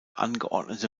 angeordnete